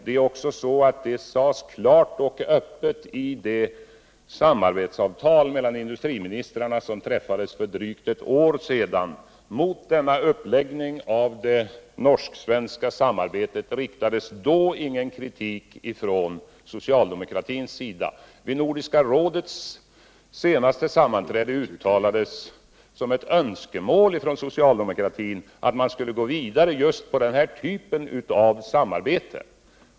Det uttalades klart och öppet i samband med det samarbetsavtal som träffades mellan industriministrarna för ett år sedan. Mot denna uppläggning av det norsk-svenska samarbetet riktades då ingen kritik från socialdemokratins sida. Vid Nordiska rådets senaste sammanträde uttalades som ett önskemål från socialdemokratin att man skulle gå vidare med just den här typen av samarbete.